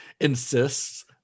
insists